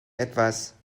etwas